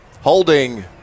Holding